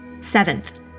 Seventh